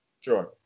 Sure